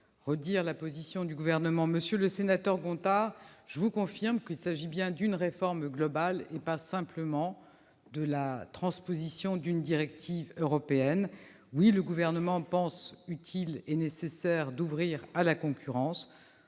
préciser la position du Gouvernement. Monsieur le sénateur Gontard, je vous confirme qu'il s'agit bien d'une réforme globale, et pas simplement de la transposition d'une directive européenne. Oui, le Gouvernement croit utile et nécessaire d'ouvrir à la concurrence,